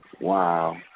Wow